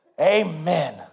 Amen